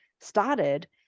started